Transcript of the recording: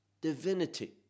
divinity